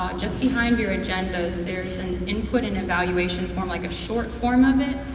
um just behind your agendas, there's an input and evaluation form like a short form of it,